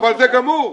אבל זה גמור.